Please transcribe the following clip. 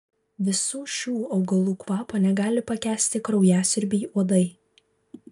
visų šių augalų kvapo negali pakęsti kraujasiurbiai uodai